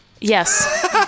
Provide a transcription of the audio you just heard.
Yes